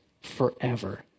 forever